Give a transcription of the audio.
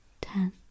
ten